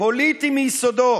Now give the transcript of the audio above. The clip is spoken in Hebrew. פוליטי מיסודו.